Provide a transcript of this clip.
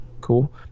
cool